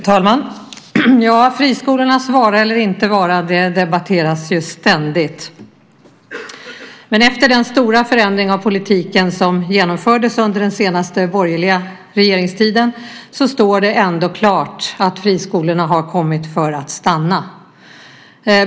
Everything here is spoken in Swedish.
Fru talman! Friskolornas vara eller inte vara debatteras ständigt. Efter den stora förändring av politiken som genomfördes under den senaste borgerliga regeringstiden står det dock klart att friskolorna har kommit för att stanna.